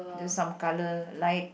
just some colour light